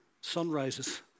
sunrises